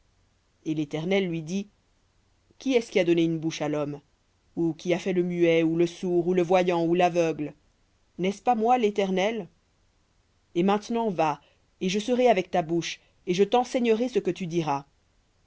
et l'éternel lui dit qui est-ce qui a donné une bouche à l'homme ou qui a fait le muet ou le sourd ou le voyant ou l'aveugle n'est-ce pas moi léternel et maintenant va et je serai avec ta bouche et je t'enseignerai ce que tu diras